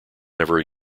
never